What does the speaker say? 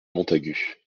montagut